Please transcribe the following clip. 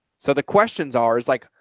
so the questions are, is like,